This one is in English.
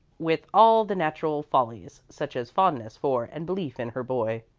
with all the natural follies, such as fondness for and belief in her boy.